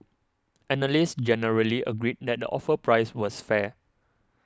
analysts generally agreed that the offer price was fair